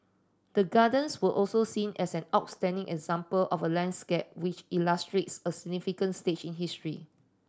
the Gardens were also seen as an outstanding example of a landscape which illustrates a significant stage in history